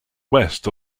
west